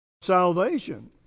salvation